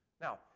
Now